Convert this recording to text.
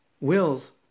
wills